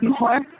more